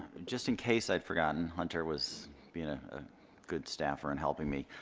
just in case i'd forgotten, hunter was being a good staffer in helping me.